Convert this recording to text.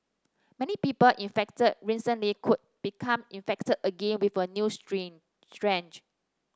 many people infected recently could become infected again with a new strain strange